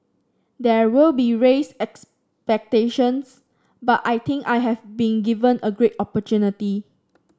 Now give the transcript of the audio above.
there will be raised expectations but I think I have been given a great opportunity